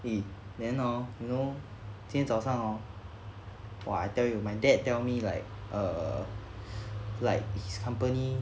eh then hor you know 今天早上 oh !wah! I tell you my dad tell me like err like his company